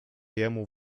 jemu